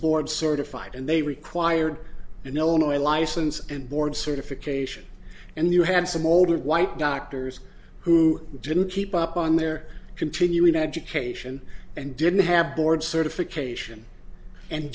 board certified and they required an illinois license and board certification and you had some older white doctors who didn't keep up on their continuing education and didn't have board certification and